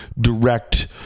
direct